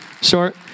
short